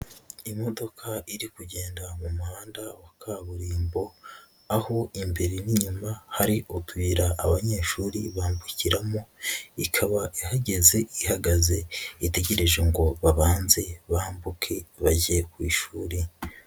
Imodoka iri kugenda mu muhanda wa kaburimbo, aho imbere n'inyuma hari utuyira abanyeshuri bambukiramo, ikaba ihageze ihagaze, itegereje ngo babanze bambuke bajye ku ishuri.